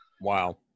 Wow